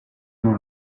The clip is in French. dans